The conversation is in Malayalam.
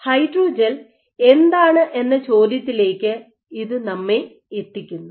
ഹൈഡ്രോജെൽ എന്താണ് എന്ന ചോദ്യത്തിലേക്ക് ഇത് നമ്മെ എത്തിക്കുന്നു